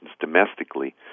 domestically